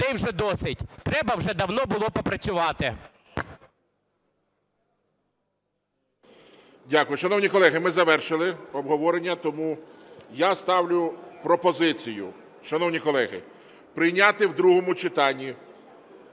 Дякую. Шановні колеги, ми завершили обговорення. Тому я ставлю пропозицію, шановні колеги, прийняти в другому читанні